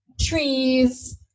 trees